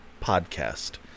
podcast